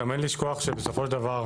גם אין לשכוח שבסופו של דבר,